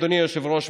אדוני היושב-ראש,